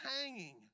hanging